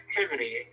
activity